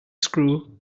screw